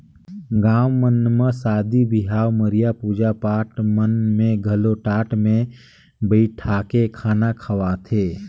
गाँव मन म सादी बिहाव, मरिया, पूजा पाठ मन में घलो टाट मे बइठाके खाना खवाथे